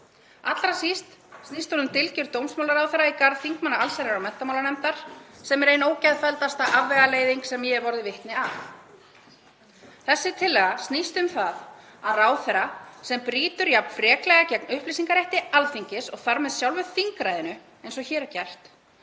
Allra síst snýst hún um dylgjur dómsmálaráðherra í garð þingmanna allsherjar- og menntamálanefndar, sem er ein ógeðfelldasta afvegaleiðing sem ég hef orðið vitni að. Þessi tillaga snýst um það að ráðherra sem brýtur jafn freklega gegn upplýsingarétti Alþingis og þar með sjálfu þingræðinu eins og hér er gert,